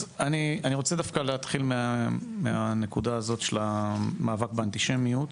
אז אני רוצה דווקא להתחיל מהנקודה הזאת של המאבק באנטישמיות.